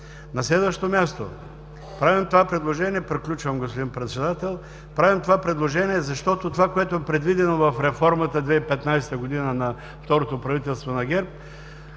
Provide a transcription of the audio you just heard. На следващо място, правим това предложение, защото това, което е предвидено в реформата 2015 г. на второто правителство на ГЕРБ,